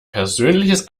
persönliches